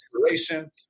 inspiration